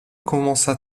commença